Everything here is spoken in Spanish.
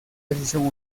decisión